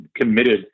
committed